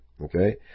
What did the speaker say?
Okay